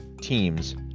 teams